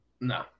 No